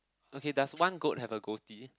okay does one goat have a goatie